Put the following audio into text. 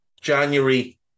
January